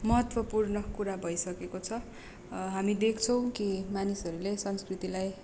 महत्त्वपूर्ण कुरा भइसकेको छ हामी देख्छौँ कि मानिसहरूले संस्कृतिलाई